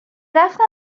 رفتن